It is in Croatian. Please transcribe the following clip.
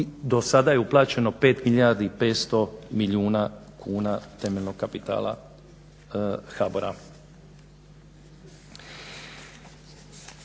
do sada je uplaćeno 5 milijardi i 500 milijuna kuna temeljnog kapitala HBOR-a.